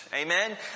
Amen